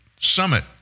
summit